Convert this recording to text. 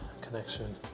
connection